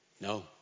No